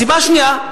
סיבה שנייה,